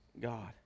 God